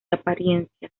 apariencias